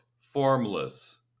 formless